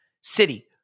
City